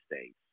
states